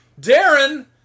Darren